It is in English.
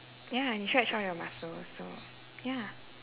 ya and stretch all your muscles also